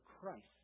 Christ